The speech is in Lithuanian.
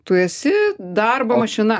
tu esi darbo mašina